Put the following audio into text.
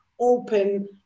open